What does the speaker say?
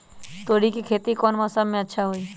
तोड़ी के खेती कौन मौसम में अच्छा होई?